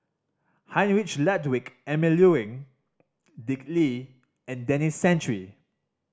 Heinrich Ludwig Emil Luering Dick Lee and Denis Santry